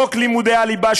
חוק לימודי הליבה,